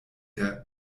der